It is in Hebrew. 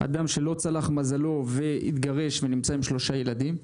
אדם שלא צלח מזלו והתגרש ונמצא עם שלושה ילדים,